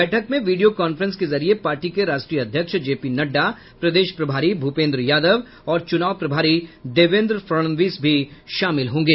बैठक में video conference के जरिये पार्टी के राष्ट्रीय अध्यक्ष जे पी नड्डा प्रदेश प्रभारी भूपेन्द्र यादव और चुनाव प्रभारी देवेन्द्र फडणवीस भी शामिल होंगे